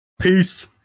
Peace